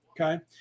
Okay